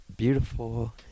beautiful